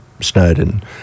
Snowden